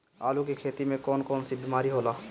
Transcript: आलू की खेती में कौन कौन सी बीमारी होला?